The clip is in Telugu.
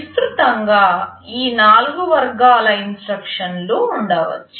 విస్తృతంగా ఈ 4 వర్గాల ఇన్స్ట్రక్షన్లు ఉండవచ్చు